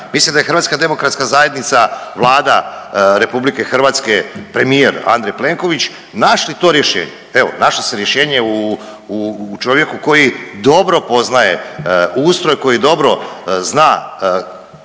Mislim da je HDZ Vlada RH, premijer Andrej Plenković našli to rješenje. Evo našlo se rješenje u čovjeku koji dobro poznaje ustroj, koji dobro zna